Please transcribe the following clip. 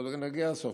נגיע לסוף.